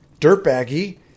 dirtbaggy